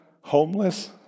homeless